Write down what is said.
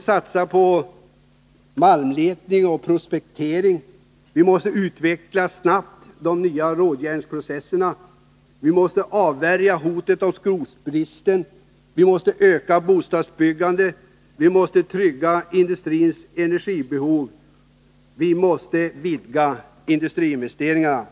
satsa på malmletning och prospektering, snabbt utveckla de nya råjärnsprocesserna, avvärja hotet om skrotbristen, trygga industrins energibehov samt vidga industriinvesteringarna.